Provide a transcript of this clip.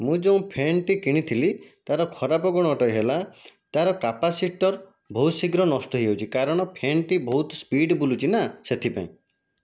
ମୁଁ ଯୋଉଁ ଫେନଟି କିଣିଥିଲି ତା'ର ଖରାପ ଗୁଣଟି ହେଲା ତା'ର କାପାସିଟର ବହୁତ ଶୀଘ୍ର ନଷ୍ଟ ହୋଇଯାଉଛି କାରଣ ଫେନଟି ବହୁତ ସ୍ପିଡ଼ ବୁଲୁଛି ନା ସେ'ଥିପାଇଁ